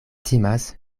timas